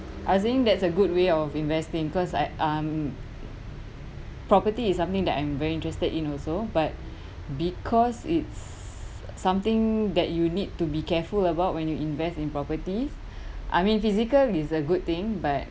I was saying that's a good way of investing cause I um property is something that I'm very interested in also but because it's something that you need to be careful about when you invest in property I mean physical is a good thing but